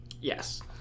Yes